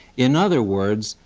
in other words,